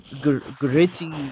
gritty